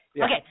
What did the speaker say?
Okay